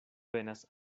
venas